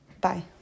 bye